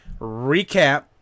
recap